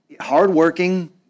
hardworking